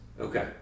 Okay